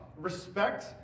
respect